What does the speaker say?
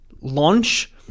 launch